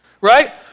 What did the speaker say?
right